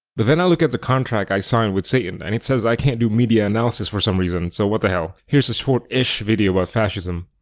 but then i look at the contract i signed with satan and it says i can't do media analysis for some reason. so what the hell, here's a short-ish video about fascism.